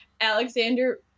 Alexander